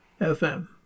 FM